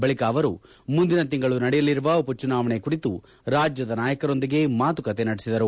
ಬಳಿಕ ಅವರು ಮುಂದಿನ ತಿಂಗಳು ನಡೆಯಲಿರುವ ಉಪಚುನಾವಣೆ ಕುರಿತು ರಾಜ್ಜದ ನಾಯಕರೊಂದಿಗೆ ಮಾತುಕತೆ ನಡೆಸಿದರು